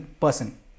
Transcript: person